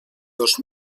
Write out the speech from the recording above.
dos